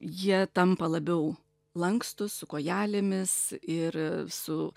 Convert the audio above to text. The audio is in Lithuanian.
jie tampa labiau lankstūs su kojelėmis ir su